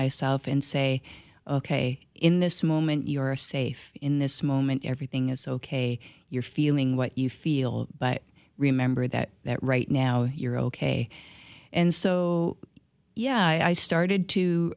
myself and say ok in this moment you are safe in this moment everything is ok you're feeling what you feel but remember that that right now you're ok and so yeah i started to